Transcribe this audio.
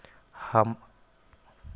अपन घर हम ऋण संपार्श्विक के तरह देले ही